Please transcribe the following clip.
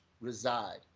reside